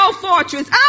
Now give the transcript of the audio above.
fortress